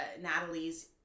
natalie's